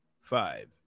five